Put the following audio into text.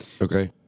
Okay